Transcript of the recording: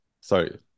Sorry